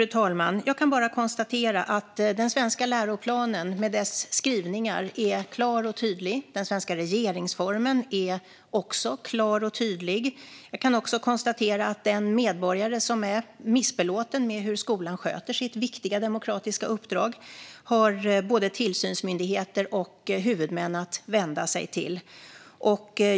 Fru talman! Jag kan bara konstatera att den svenska läroplanen, med dess skrivningar, är klar och tydlig. Den svenska regeringsformen är också klar och tydlig. Jag kan också konstatera att den medborgare som är missbelåten med hur skolan sköter sitt viktiga demokratiska uppdrag har både tillsynsmyndigheter och huvudmän att vända sig till.